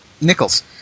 Nichols